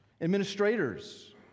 administrators